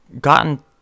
gotten